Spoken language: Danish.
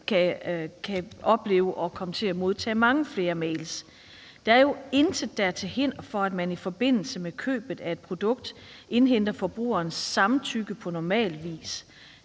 kan opleve at komme til at modtage mange flere mails. Der er jo intet, der er til hinder for, at man i forbindelse med købet af et produkt indhenter forbrugerens samtykke på normal vis,